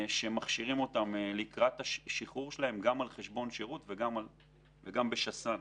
שמכשירים אותם לקראת השחרור שלהם גם על חשבון שירות וגם בשס"נ.